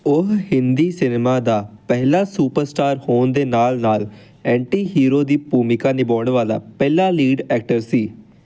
ਉਹ ਹਿੰਦੀ ਸਿਨੇਮਾ ਦਾ ਪਹਿਲਾ ਸੁਪਰਸਟਾਰ ਹੋਣ ਦੇ ਨਾਲ ਨਾਲ ਐਂਟੀ ਹੀਰੋ ਦੀ ਭੂਮਿਕਾ ਨਿਭਾਉਣ ਵਾਲਾ ਪਹਿਲਾ ਲੀਡ ਐਕਟਰ ਸੀ